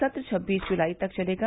सत्र छब्बीस जुलाई तक चलेगा